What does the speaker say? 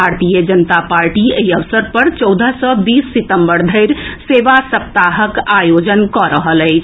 भारतीय जनता पार्टी एहि अवसर पर चौदह सँ बीस सितम्बर धरि सेवा सप्ताहक आयोजन कऽ रहल अछि